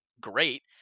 great